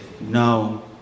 no